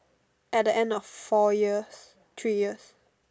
at the end of four years three years